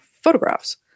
photographs